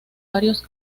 varios